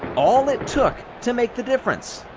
all it took to make the difference.